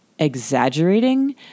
exaggerating